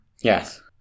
Yes